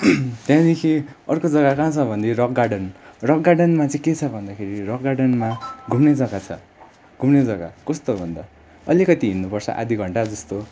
त्यहाँदेखि अर्को जग्गा कहाँ छ भने रक गार्डन रक गार्डनमा चाहिँ के छ भन्दाखेरि रक गार्डनमा घुम्ने जग्गा छ घुम्ने जग्गा कस्तो भन्दा अलिकति हिँड्नुपर्छ आधी घन्टा जस्तो